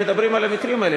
אם מדברים על המקרים האלה,